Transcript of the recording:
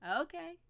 okay